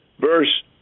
verse